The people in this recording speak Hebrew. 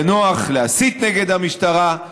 זה נוח להסית נגד המשטרה.